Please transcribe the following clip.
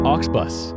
Oxbus